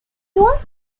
was